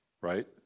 Right